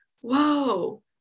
whoa